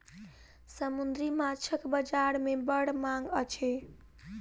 समुद्री माँछक बजार में बड़ मांग अछि